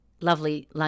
Lovely